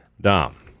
Dom